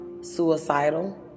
suicidal